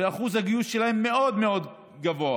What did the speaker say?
ואחוז הגיוס שלהם מאוד מאוד גבוה,